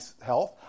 health